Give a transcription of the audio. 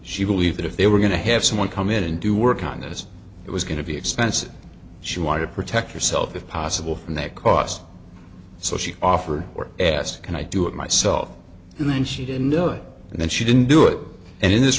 she believed that if they were going to have someone come in and do work on this it was going to be expensive she wanted to protect yourself if possible from that cost so she offered or asked can i do it myself and then she didn't know and then she didn't do it and in this